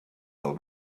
del